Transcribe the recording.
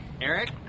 Eric